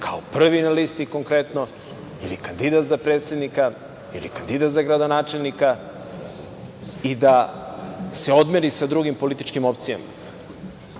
kao prvi na listi konkretno ili kandidat za predsednika ili kandidat za gradonačelnika i da se odmeri sa drugim političkim opcijama. Oni